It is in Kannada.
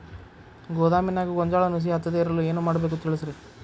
ಗೋದಾಮಿನ್ಯಾಗ ಗೋಂಜಾಳ ನುಸಿ ಹತ್ತದೇ ಇರಲು ಏನು ಮಾಡಬೇಕು ತಿಳಸ್ರಿ